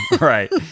Right